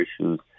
issues